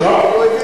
הוא לא הבין.